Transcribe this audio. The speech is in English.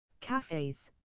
Cafes